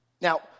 Now